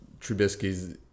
Trubisky's